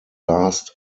last